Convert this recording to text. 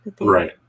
right